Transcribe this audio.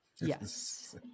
Yes